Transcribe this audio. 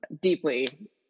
deeply